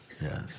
yes